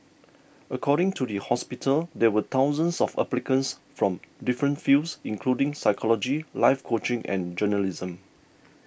according to the hospital there were thousands of applicants from different fields including psychology life coaching and journalism